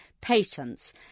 patents